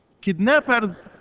kidnappers